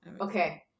Okay